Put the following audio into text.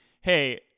hey